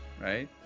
right